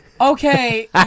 Okay